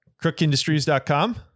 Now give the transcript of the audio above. crookindustries.com